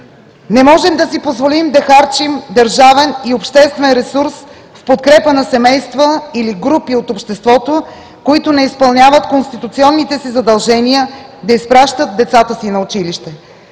Не можем да си позволим да харчим държавен и обществен ресурс в подкрепа на семейства или групи от обществото, които не изпълняват конституционните си задължения да изпращат децата си на училище.